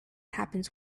happens